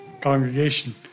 congregation